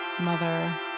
mother